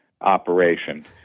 operation